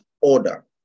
order